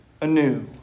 anew